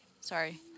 Sorry